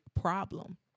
problem